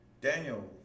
Daniel